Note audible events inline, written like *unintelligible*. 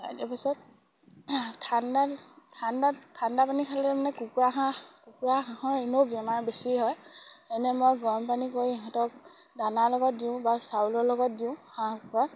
*unintelligible* ঠাণ্ডাত ঠাণ্ডাত ঠাণ্ডা পানী খালে কুকুৰা হাঁহ কুকুৰা হাঁহৰ ইনেও বেমাৰ বেছি হয় এনে মই গৰম পানী কৰি সিহঁতক দানাৰ লগত দিওঁ বা চাউলৰ লগত দিওঁ হাঁহ কুকুৰাক